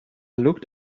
looked